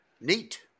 neat